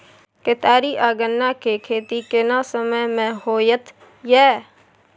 केतारी आ गन्ना के खेती केना समय में होयत या?